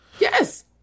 yes